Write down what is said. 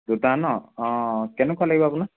জোতা ন অঁ কেনেকুৱা লাগিব আপোনাক